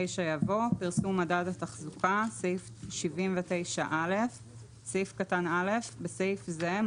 יבוא: "פרסום מדד התחזוקה 79א. (א) בסעיף זה,